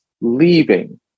leaving